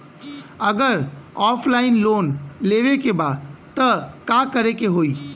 अगर offline loan लेवे के बा त का करे के होयी?